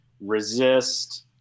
resist